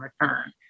return